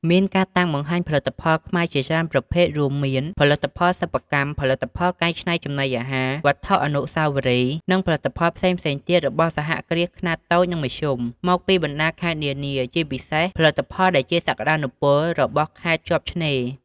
មានការតាំងបង្ហាញផលិតផលខ្មែរជាច្រើនប្រភេទ រួមមាន ផលិតផលសិប្បកម្ម ផលិតផលកែច្នៃចំណីអាហារ វត្ថុអនុស្សាវរីយ៍ និងផលិតផលផ្សេងៗទៀតរបស់សហគ្រាសខ្នាតតូច និងមធ្យម មកពីបណ្ដាខេត្តនានា ជាពិសេសផលិតផលដែលជាសក្ដានុពលរបស់ខេត្តជាប់ឆ្នេរ។